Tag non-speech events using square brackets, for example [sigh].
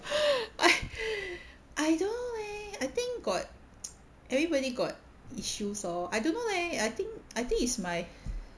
[breath] I [breath] I don't know leh I think got [noise] everybody got issues lor I don't know leh I think I think it's my